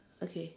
okay